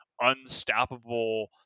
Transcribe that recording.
unstoppable